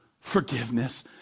Forgiveness